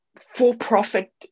for-profit